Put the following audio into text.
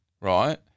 right